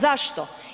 Zašto?